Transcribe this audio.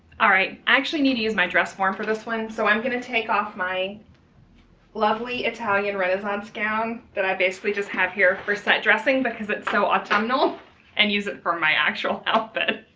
all right i actually need to use my dress form for this one so i'm going to take off my lovely italian renaissance gown that i basically just have here for set dressing because it's so autumnal and use it for my actual outfit